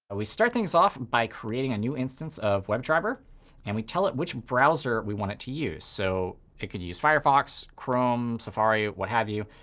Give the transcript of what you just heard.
we start things off by creating a new instance of webdriver and we tell it which browser we want it to use. so it could use firefox, chrome, safari, what have you.